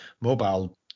mobile